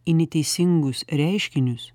į neteisingus reiškinius